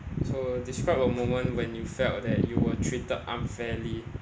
so describe a moment when you felt that you were treated unfairly